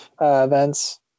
events